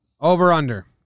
Over-under